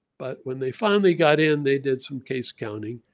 but when they finally got in they did some case counting.